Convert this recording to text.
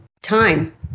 time